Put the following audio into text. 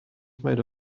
made